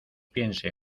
piense